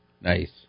Nice